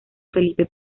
felipe